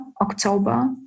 October